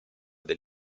del